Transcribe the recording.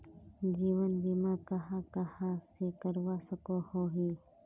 जीवन बीमा कहाँ कहाँ से करवा सकोहो ही?